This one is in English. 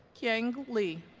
qiang li